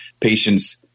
patients